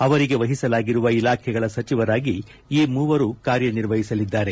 ಅವರಿಗೆ ವಹಿಸಲಾಗಿರುವ ಇಲಾಖೆಗಳ ಸಚಿವರಾಗಿ ಈ ಮೂವರು ಕಾರ್ಯ ನಿರ್ವಹಿಸಲಿದ್ದಾರೆ